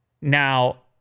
Now